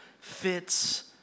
fits